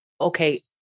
okay